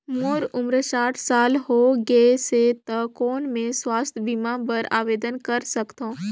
मोर उम्र साठ साल हो गे से त कौन मैं स्वास्थ बीमा बर आवेदन कर सकथव?